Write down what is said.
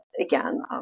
again